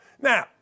Now